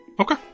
Okay